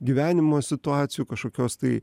gyvenimo situacijų kažkokios tai